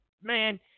Man